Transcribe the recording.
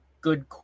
good